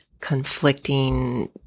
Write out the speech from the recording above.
conflicting